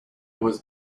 was